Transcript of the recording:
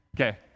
Okay